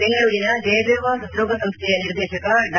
ಬೆಂಗಳೂರಿನ ಜಯದೇವ ಹೃದ್ರೋಗ ಸಂಸ್ಥೆಯ ನಿರ್ದೇಶಕ ಡಾ